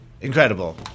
Incredible